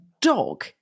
dog